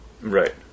Right